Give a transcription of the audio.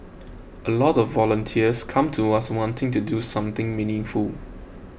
a lot of volunteers come to us wanting to do something meaningful